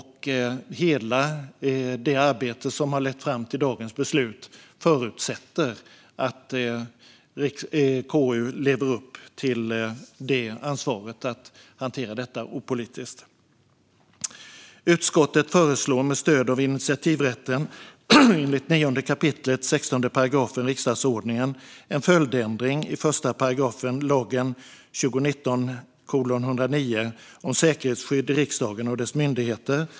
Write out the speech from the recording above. Hela det arbete som har lett fram till dagens beslut förutsätter att KU lever upp till ansvaret att hantera detta opolitiskt. Utskottet föreslår med stöd av initiativrätten enligt 9 kap. 16 § riksdagsordningen en följdändring i 1 § lagen om säkerhetsskydd i riksdagen och dess myndigheter.